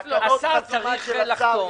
כמובן שצריך להגן על